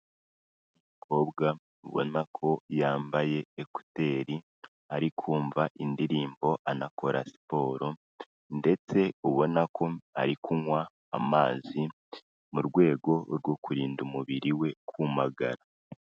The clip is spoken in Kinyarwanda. Umukobwa ubona ko yambaye ekuteri arikumva indirimbo anakora siporo ndetse ubona ko ari kunywa amazi mu rwego rwo kurinda umubiri we kumagara.